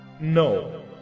No